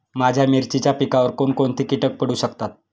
माझ्या मिरचीच्या पिकावर कोण कोणते कीटक पडू शकतात?